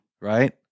right